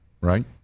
right